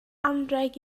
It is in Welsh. anrheg